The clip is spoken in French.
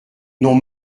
n’ont